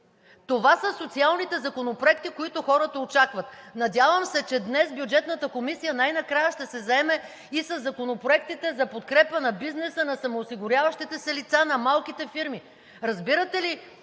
Това са социалните законопроекти, които хората очакват. Надявам се, че днес Бюджетната комисия най-накрая ще се заеме и със законопроектите за подкрепа на бизнеса, на самоосигуряващите се лица, на малките фирми. Разбирате ли,